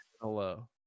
hello